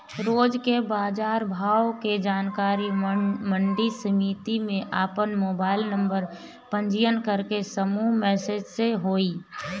रोज के बाजार भाव के जानकारी मंडी समिति में आपन मोबाइल नंबर पंजीयन करके समूह मैसेज से होई?